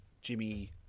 Jimmy